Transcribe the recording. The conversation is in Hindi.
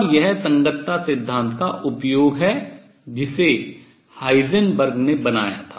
और यह संगतता सिद्धांत का उपयोग है जिसे हाइजेनबर्ग ने बनाया था